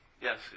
Yes